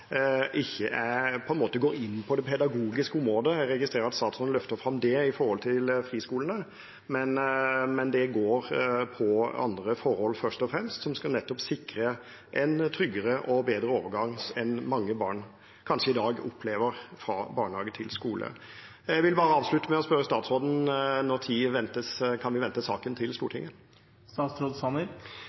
ikke går inn på det pedagogiske området – jeg registrerer at statsråden løfter fram det med hensyn til friskolene – men det går på andre forhold, først og fremst, som nettopp skal sikre en tryggere og bedre overgang fra barnehage til skole enn mange barn kanskje i dag opplever. Jeg vil bare avslutte med å spørre statsråden: Når kan vi vente saken til Stortinget?